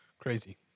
Crazy